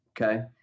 okay